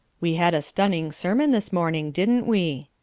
we had a stunning sermon this morning, didn't we?